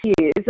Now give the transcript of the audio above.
years